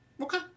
Okay